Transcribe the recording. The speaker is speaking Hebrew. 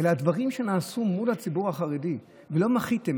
אלא הדברים שנעשו מול הציבור החרדי, ולא מחיתם.